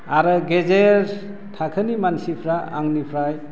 आरो गेजेर थाखोनि मानसिफ्रा आंनिफ्राय